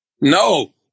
No